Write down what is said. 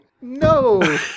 No